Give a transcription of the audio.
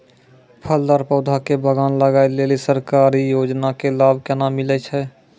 फलदार पौधा के बगान लगाय लेली सरकारी योजना के लाभ केना मिलै छै?